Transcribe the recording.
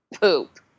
poop